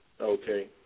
Okay